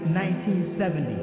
1970